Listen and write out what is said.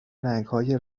رنگهای